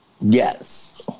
Yes